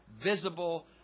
visible